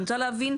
ואני רוצה להבין,